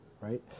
right